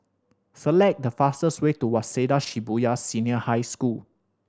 select the fastest way to Waseda Shibuya Senior High School